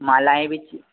मालाएं भी चि